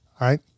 right